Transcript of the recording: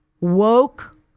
woke